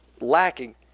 lacking